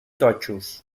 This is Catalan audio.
totxos